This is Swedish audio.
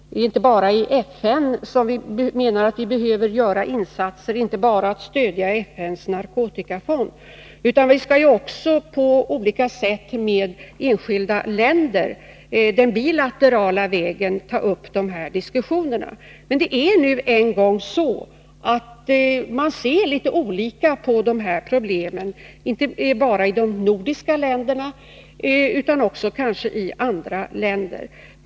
Det är inte bara i FN som vi menar att vi behöver göra insatser. Det gäller inte bara att stödja FN:s narkotikafond, utan vi skall också på olika sätt med enskilda länder, den bilaterala vägen, ta upp de här diskussionerna. Men det är nu en gång så att man ser litet olika på de här problemen, inte bara i de nordiska länderna utan kanske också i andra länder.